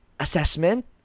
assessment